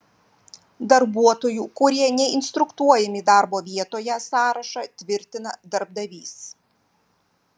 darbuotojų kurie neinstruktuojami darbo vietoje sąrašą tvirtina darbdavys